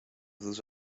those